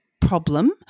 problem